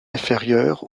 inférieure